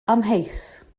amheus